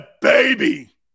baby